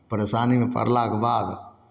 परेशानीमे पड़लाके बाद